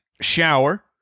shower